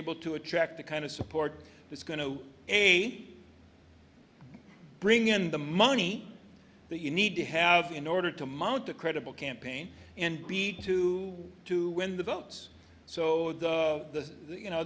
able to attract the kind of support that's going to any bring in the money that you need to have in order to mount a credible campaign and be to to win the votes so the you know